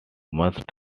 must